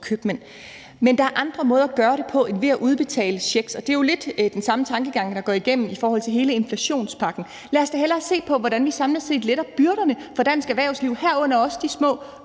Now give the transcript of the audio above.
købmænd. Men der er andre måder at gøre det på end ved at udbetale checks, og det jo lidt den samme tankegang, der går igen i forhold til hele inflationspakken. Lad os da hellere se på, hvordan vi samlet set letter byrderne for dansk erhvervsliv, herunder også de små